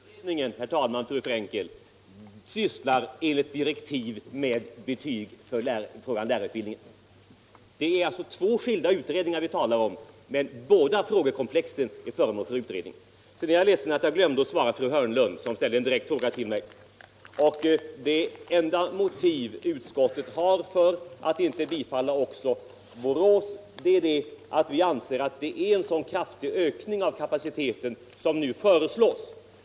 Herr talman! Men lärarutbildningsutredningen, fru Frenkel, sysslar enligt direktiv med lärarutbildningen. Det är alltså två skilda utredningar vi talar om, men båda frågekomplexen är föremål för utredning. Vidare är jag ledsen över att jag glömde att svara fru Hörnlund, som ställde en direkt fråga till mig. Det enda motiv utskottet har för att inte tillstyrka också en utvidgning av klassantalet vid förskoleseminariet i Borås är att vi anser att det är en så kraftig ökning av kapaciteten över lag som nu föreslås.